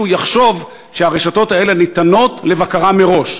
יחשוב שהרשתות האלה ניתנות לבקרה מראש,